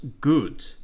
good